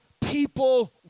people